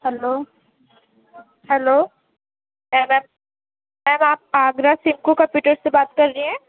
hello hello ma'am آپ آگرہ سمکو computers سے بات کر رہے ہیں